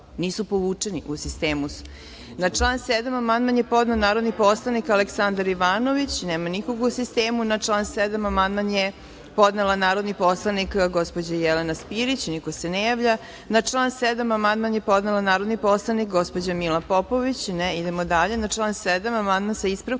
nisu povučeni, u sistemu su. Na član 7. amandman je podneo narodni poslanik Aleksandar Ivanović. Nema nikog u sistemu. Na član 7. amandman je podnela narodni poslanik gospođa Jelena Spirić. Niko se ne javlja. Na član 7. amandman je podnela narodni poslanik gospođa Mila Popović. Niko se ne javlja. Na član 7. amandman, sa ispravkom,